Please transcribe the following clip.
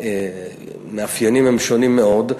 והמאפיינים הם שונים מאוד.